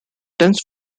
dense